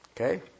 Okay